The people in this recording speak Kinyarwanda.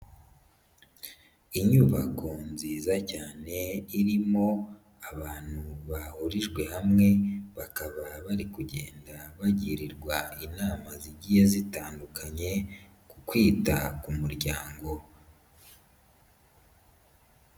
Inyubako nziza cyane irimo abantu bahurijwe hamwe, bakaba bari kugenda bagirwari inama zigiye zitandukanye, ku kwita ku muryango.